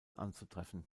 anzutreffen